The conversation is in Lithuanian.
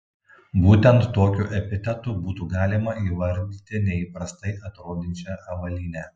būtent tokiu epitetu būtų galima įvardyti neįprastai atrodančią avalynę